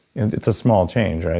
and it's a small change,